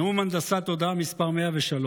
נאום הנדסת תודעה מס' 103,